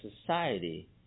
society